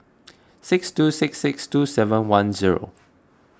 six two six six two seven one zero